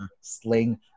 sling